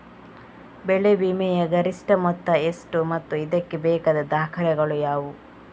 ಬೆಳೆ ವಿಮೆಯ ಗರಿಷ್ಠ ಮೊತ್ತ ಎಷ್ಟು ಮತ್ತು ಇದಕ್ಕೆ ಬೇಕಾದ ದಾಖಲೆಗಳು ಯಾವುವು?